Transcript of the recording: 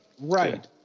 right